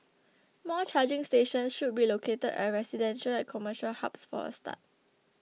more charging stations should be located at residential and commercial hubs for a start